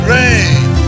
Rain